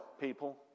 people